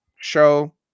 show